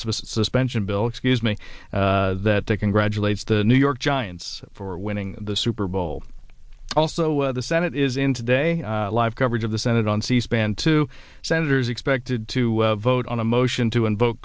suspension bill excuse me that congratulates the new york giants for winning the super bowl also the senate is in today live coverage of the senate on c span two senators expected to vote on a motion to invoke